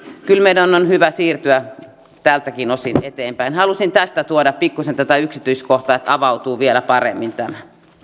kyllä meidän on on hyvä siirtyä tältäkin osin eteenpäin halusin tästä tuoda pikkuisen tätä yksityiskohtaa että tämä avautuu vielä paremmin